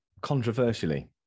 controversially